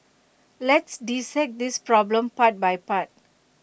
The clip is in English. let's dissect this problem part by part